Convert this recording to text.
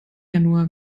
januar